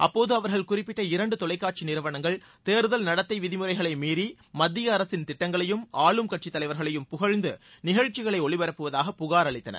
அப்போது அவர்கள் குறிப்பிட்ட இரண்டு தொலைக்காட்சி நிறுவனங்கள் தேர்தல் நடத்தை விதிமுறைகளை மீறி மத்திய அரசின் திட்டங்களையும் ஆளும் கட்சித்தலைவர்களையும் புகழ்ந்து நிகழ்ச்சிகளை ஒளிபரப்புவதாக புகார் அளித்தனர்